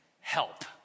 help